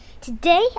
Today